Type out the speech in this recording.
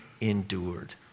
endured